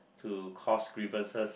to cause grievances